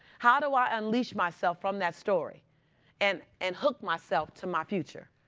how do i unleash myself from that story and and hook myself to my future?